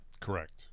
Correct